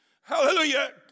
Hallelujah